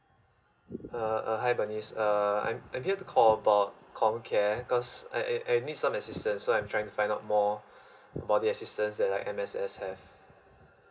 uh hi bernice uh I'm I'm here to call about ComCare cause I I need some assistance so I'm trying to find out more about the assistance that M_S_F have